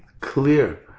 clear